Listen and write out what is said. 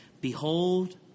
Behold